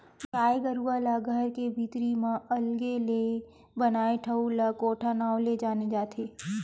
गाय गरुवा ला घर के भीतरी म अलगे ले बनाए ठउर ला कोठा नांव ले जाने जाथे